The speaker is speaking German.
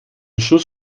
schuss